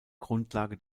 grundlage